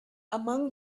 among